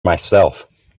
myself